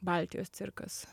baltijos cirkas